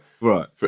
Right